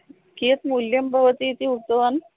कियत् मूल्यं भवतीति उक्तवान्